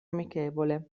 amichevole